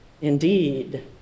Indeed